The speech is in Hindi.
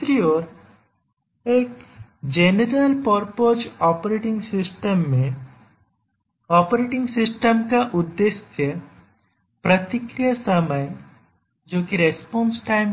दूसरी ओर एक जनरल परपज ऑपरेटिंग सिस्टम में ऑपरेटिंग सिस्टम का उद्देश्य प्रतिक्रिया समय